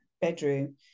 bedroom